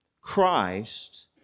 Christ